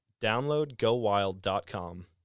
DownloadGoWild.com